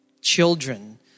Children